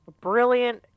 brilliant